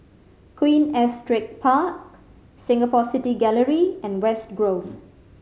Queen Astrid Park Singapore City Gallery and West Grove